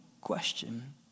question